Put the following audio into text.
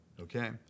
Okay